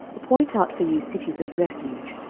appoint out for you cities of refuge,